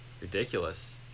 ridiculous